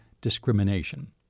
discrimination